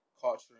culture